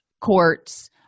courts